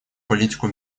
политику